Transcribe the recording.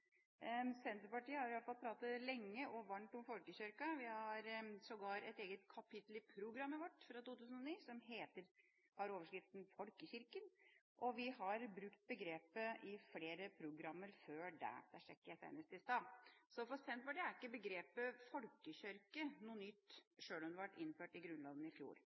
Senterpartiet har i hvert fall snakket lenge og varmt om folkekirken. Ja, vi har sågar et eget kapittel i programmet vårt fra 2009 som heter «Folkekirken», og vi har brukt begrepet i flere programmer før det. Det sjekket jeg senest i stad. Så for Senterpartiet er ikke begrepet «folkekirke» noe nytt, sjøl om det ble innført i Grunnloven i fjor.